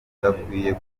udakwiye